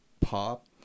pop